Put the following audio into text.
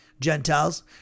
Gentiles